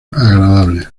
agradable